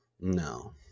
No